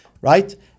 right